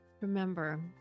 Remember